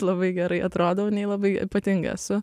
labai gerai atrodau nei labai ypatinga esu